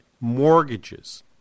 Mortgages